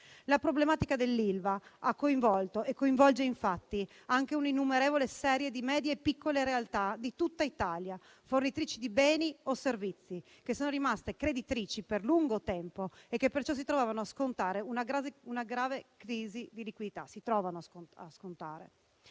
La problematica dell'Ilva ha coinvolto e coinvolge infatti anche un'innumerevole serie di medie e piccole realtà di tutta Italia, fornitrici di beni o servizi, che sono rimaste creditrici per lungo tempo e che perciò si trovano a scontare una grave crisi di liquidità.